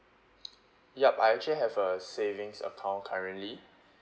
yup I actually have a savings account currently